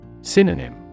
Synonym